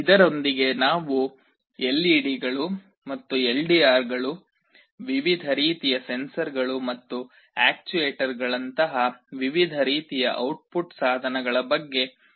ಇದರೊಂದಿಗೆ ನಾವು ಎಲ್ಇಡಿಗಳು ಮತ್ತು ಎಲ್ಡಿಆರ್ಗಳು ವಿವಿಧ ರೀತಿಯ ಸೆನ್ಸರ್ ಗಳು ಮತ್ತು ಆಕ್ಯೂವೇಟರ್ಗಳಂತಹ ವಿವಿಧ ರೀತಿಯ ಔಟ್ಪುಟ್ ಸಾಧನಗಳ ಬಗ್ಗೆ ನಮ್ಮ ಚರ್ಚೆಯ ಅಂತ್ಯಕ್ಕೆ ಬರುತ್ತೇವೆ